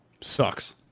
sucks